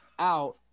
out